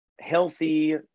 healthy